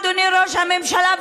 אדוני ראש הממשלה,